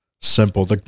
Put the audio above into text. simple